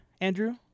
Andrew